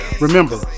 Remember